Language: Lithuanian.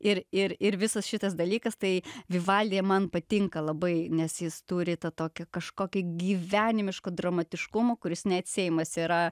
ir ir ir visas šitas dalykas tai vivaldyje man patinka labai nes jis turi tą tokio kažkokio gyvenimiško dramatiškumo kuris neatsiejamas yra